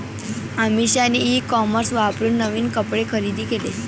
अमिषाने e commerce वापरून नवीन कपडे खरेदी केले